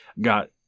got